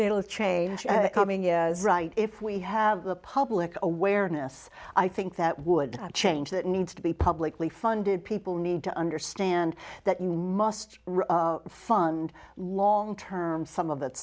it'll change coming in right if we have the public awareness i think that would change that need to be publicly funded people need to understand that you must fund long term some of it